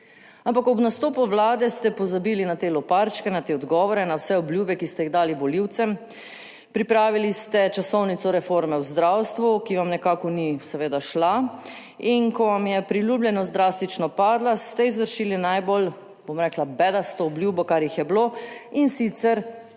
Ampak ob nastopu Vlade ste pozabili na te loparčke, na te odgovore, na vse obljube, ki ste jih dali volivcem. Pripravili ste časovnico reforme v zdravstvu, ki vam nekako ni seveda šla. In ko vam je priljubljenost drastično padla ste izvršili najbolj, bom rekla, bedasto obljubo, kar jih je bilo, in sicer